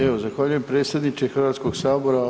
Evo zahvaljujem predsjedniče Hrvatskog sabora.